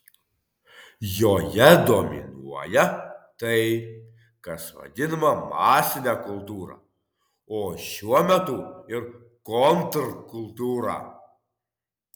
joje dominuoja tai kas vadinama masine kultūra o šiuo metu ir kontrkultūra